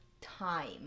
time